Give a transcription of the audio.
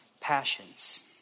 passions